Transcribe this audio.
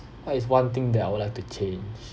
what is one thing that I would like to change